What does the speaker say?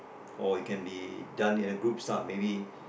or it can be done in the group lah maybe